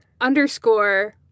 underscore